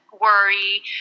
worry